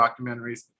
documentaries